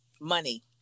Money